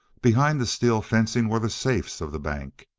behind this steel fencing were the safes of the bank.